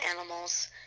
animals